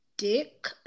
dick